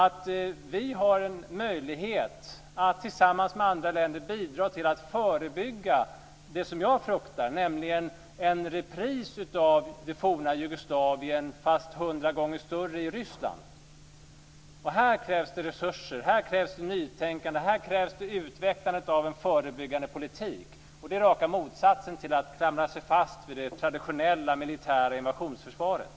Vi har nu en möjlighet att tillsammans med andra länder bidra till att förebygga det som jag fruktar, nämligen en repris av det forna Jugoslavien fast hundra gånger större i Ryssland. Här krävs det resurser, nytänkande och utvecklande av en förebyggande politik. Det är raka motsatsen till att klamra sig fast vid det traditionella militära invasionsförsvaret.